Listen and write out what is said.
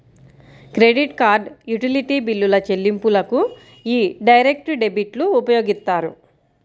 credit card, utility బిల్లుల చెల్లింపులకు యీ డైరెక్ట్ డెబిట్లు ఉపయోగిత్తారు